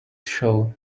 show